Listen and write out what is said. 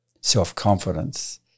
self-confidence